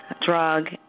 Drug